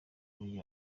kuri